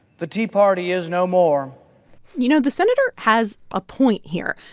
the tea party is no more you know, the senator has a point here.